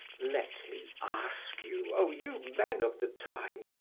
let me ask you, o, you men of the time,